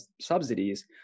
subsidies